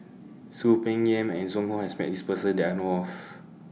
Soon Peng Yam and Zhu Hong has Met This Person that I know of